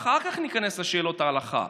אחר כך ניכנס לשאלות ההלכה.